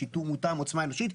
שיטור מותאם ועוצמה אנושית,